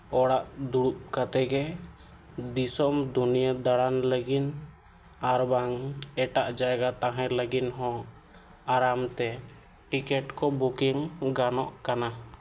ᱚᱲᱟᱜ ᱫᱩᱲᱩᱵ ᱠᱟᱛᱮᱫ ᱜᱮ ᱫᱤᱥᱚᱢ ᱫᱩᱱᱤᱭᱟᱹ ᱫᱟᱬᱟᱱ ᱞᱟᱹᱜᱤᱫ ᱟᱨ ᱵᱟᱝ ᱮᱴᱟᱜ ᱡᱟᱭᱜᱟ ᱛᱟᱦᱮᱸ ᱞᱟᱹᱜᱤᱫ ᱦᱚᱸ ᱟᱨᱟᱢ ᱛᱮ ᱴᱤᱠᱤᱴ ᱠᱚ ᱵᱩᱠᱤᱝ ᱜᱟᱱᱚᱜ ᱠᱟᱱᱟ